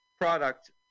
product